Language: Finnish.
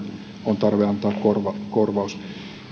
on tarve antaa korvaus korvaus